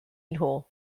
nhw